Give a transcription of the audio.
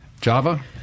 Java